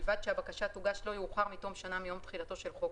מבלי לגרוע מהוראות סעיף קטן (א),